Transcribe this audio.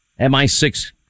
MI6